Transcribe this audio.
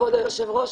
כבוד היושב ראש,